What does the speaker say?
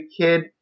Kid